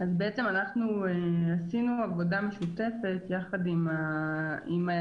בעצם אנחנו עשינו עבודה משותפת יחד עם היצרנים